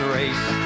race